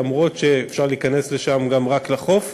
למרות שאפשר להיכנס לשם גם רק לחוף.